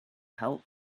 help